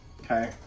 Okay